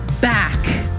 back